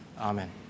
Amen